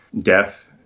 death